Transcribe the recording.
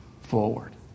forward